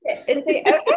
Okay